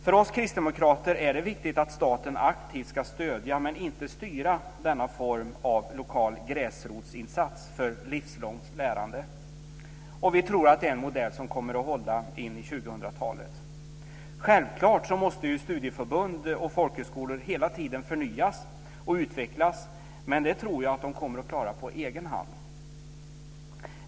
För oss kristdemokrater är det viktigt att staten aktivt ska stödja men inte styra denna form av lokal gräsrotsinsats för livslångt lärande. Vi tror att det är en modell som kommer att hålla in på 2000-talet. Självklart måste ju studieförbund och folkhögskolor hela tiden förnyas och utvecklas, men det tror jag att de kommer att klara på egen hand.